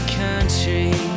country